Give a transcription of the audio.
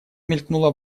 мелькнула